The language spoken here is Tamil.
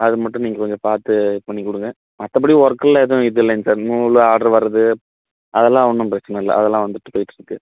அது மட்டும் நீங்கள் கொஞ்சம் பார்த்து பண்ணிக் கொடுங்க மற்றபடி ஒர்க்ல எதுவும் இது இல்லைங்க சார் நூல் ஆட்ரு வர்றது அதெல்லாம் ஒன்னும் பிரச்சனை இல்லை அதெல்லாம் வந்துட்டு போயிட்டுருக்கு